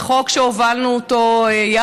זה חוק שהובלנו אותו יחד,